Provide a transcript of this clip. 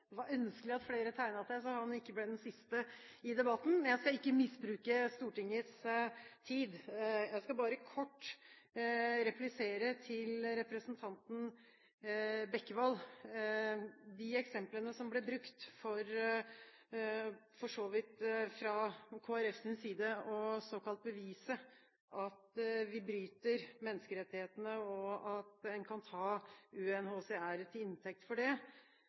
det var ønskelig at flere tegnet seg, så han ikke ble den siste i debatten. Jeg skal ikke misbruke Stortingets tid, jeg skal bare kort replisere til representanten Bekkevold om de eksemplene som ble brukt fra Kristelig Folkepartis side for å såkalt bevise at vi bryter menneskerettighetene, og at en kan ta UNHCR til inntekt for det.